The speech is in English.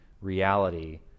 reality